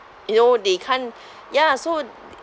you know they can't ya so